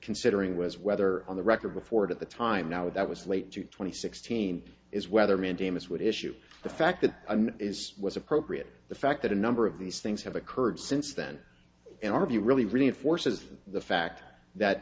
considering was whether on the record before it at the time now that was late to twenty sixteen is whether mandamus would issue the fact that is was appropriate the fact that a number of these things have occurred since then in our view really reinforces the fact that